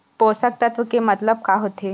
पोषक तत्व के मतलब का होथे?